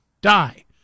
die